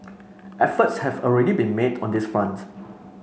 efforts have already been made on this front